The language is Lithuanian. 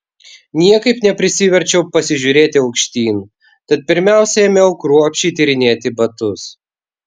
niekaip neprisiverčiau pasižiūrėti aukštyn tad pirmiausia ėmiau kruopščiai tyrinėti batus